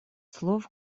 слов